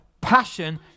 passion